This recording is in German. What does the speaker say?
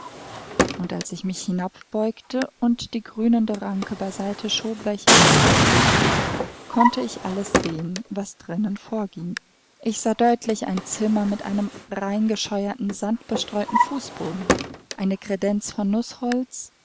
und als ich mich hinabbeugte und die grünende ranke beiseite schob welche es bedeckte konnte ich alles sehen was drinnen vorging ich sah deutlich ein zimmer mit einem reingescheuerten sandbestreuten fußboden eine kredenz von nußholz